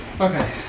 Okay